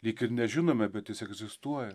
lyg ir nežinome bet jis egzistuoja